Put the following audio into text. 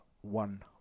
one